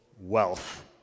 wealth